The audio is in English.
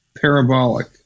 parabolic